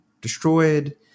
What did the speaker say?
destroyed